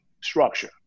structure